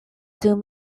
dum